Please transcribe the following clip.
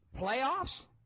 Playoffs